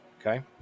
Okay